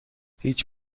هیچ